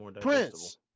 prince